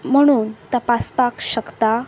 म्हणून तपासपाक शकता